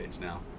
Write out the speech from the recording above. now